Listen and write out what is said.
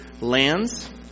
lands